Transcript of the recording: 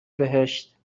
بهشت